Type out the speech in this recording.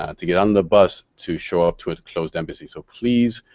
ah to get on the bus to show up to a closed embassy. so please,